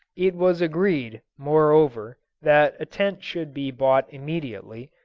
it was agreed, moreover, that a tent should be bought immediately,